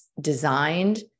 designed